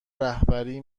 رهبری